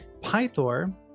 Pythor